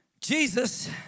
Jesus